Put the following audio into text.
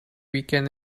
weekend